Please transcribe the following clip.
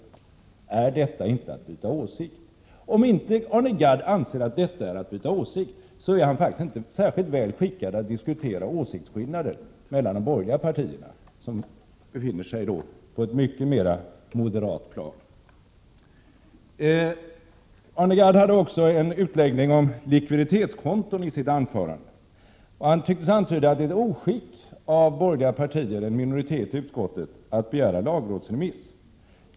Är inte detta att byta åsikt? Om inte Arne Gadd anser att detta handlande är ett åsiktsbyte är han faktiskt inte särskilt väl skickad att diskutera åsiktsskillnaderna mellan de borgerliga partierna. De skillnaderna befinner sig på ett långt mera moderat plan. Arne Gadd hade också i sitt anförande en utläggning om likviditetskonton. Han tycktes antyda att det är ett oskick av borgerliga partier, en minoritet i utskottet, att begära lagrådsremiss.